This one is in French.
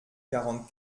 quarante